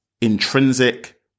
intrinsic